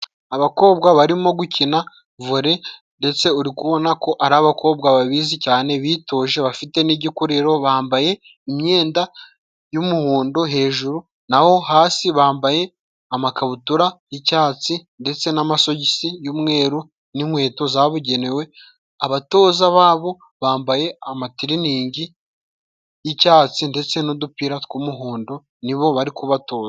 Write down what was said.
Abakobwa barimo gukina vore， ndetse uri kubona ko ari abakobwa babizi cyane bitoje，bafite n'igikuriro， bambaye imyenda y'umuhondo hejuru， naho hasi bambaye amakabutura y'icyatsi， ndetse n'amasogisi y'umweru， n'inkweto zabugenewe， abatoza babo bambaye amatiriningi y'icyatsi，ndetse n'udupira tw'umuhondo， nibo bari kubatoza.